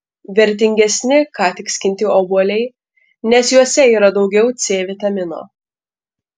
vertingesni ką tik skinti obuoliai nes juose yra daugiau c vitamino